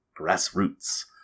Grassroots